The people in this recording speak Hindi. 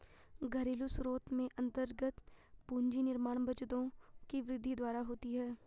घरेलू स्रोत में अन्तर्गत पूंजी निर्माण बचतों की वृद्धि द्वारा होती है